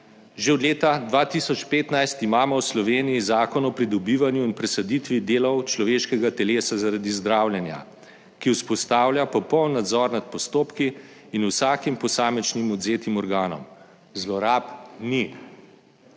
Že od leta 2015 imamo v Sloveniji Zakon o pridobivanju in presaditvi delov človeškega telesa zaradi zdravljenja, ki vzpostavlja popoln nadzor nad postopki in vsakim posamičnim odvzetim organom, zlorab ni.